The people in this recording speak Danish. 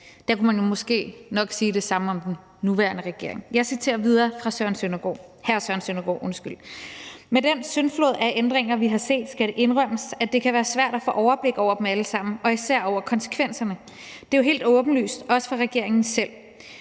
Der kunne man jo måske nok sige det samme om den nuværende regering. Jeg citerer videre fra hr. Søren Søndergaards tale: »Med den syndflod af ændringer, vi har set, skal det indrømmes, at det kan være svært at få overblik over dem alle sammen og især over konsekvenserne. Det er det helt åbenlyst også for regeringen selv.